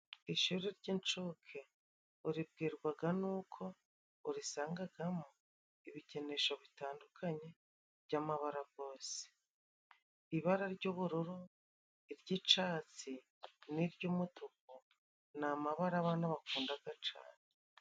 Ishuri ry'inshuke uribwirwaga n'uko urisangagamo ibikinisho bitandukanye by'amabara gose, ibara ry'ubururu iry'icyatsi, n'iry'umutuku ni amabaraa bana bakundaga cane.